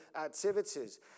activities